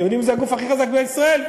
אתם יודעים מי זה הגוף הכי חזק במדינת ישראל?